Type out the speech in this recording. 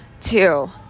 Two